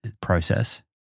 process